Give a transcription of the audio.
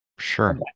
sure